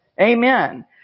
Amen